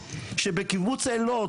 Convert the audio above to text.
שבקיבוץ אילות,